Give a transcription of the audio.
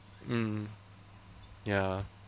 mm ya